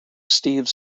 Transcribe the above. steve